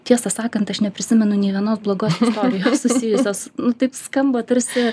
tiesą sakant aš neprisimenu nė vienos blogos istotijos susijusios nu taip skamba tarsi